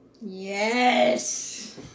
Yes